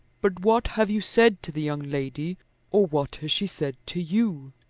but what have you said to the young lady or what has she said to you?